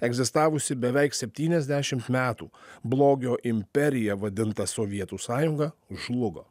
egzistavusi beveik septyniasdešim metų blogio imperija vadinta sovietų sąjunga žlugo